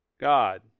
God